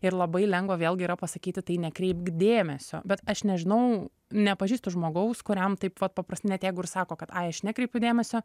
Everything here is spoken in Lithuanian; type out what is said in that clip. ir labai lengva vėlgi yra pasakyti tai nekreipk dėmesio bet aš nežinau nepažįstu žmogaus kuriam taip vat paprastai net jeigu ir sako kad ai aš nekreipiu dėmesio